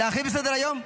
לכלול בסדר-היום?